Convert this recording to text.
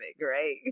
right